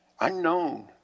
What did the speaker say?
Unknown